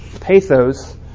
pathos